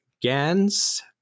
GANs